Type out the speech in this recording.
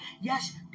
Yes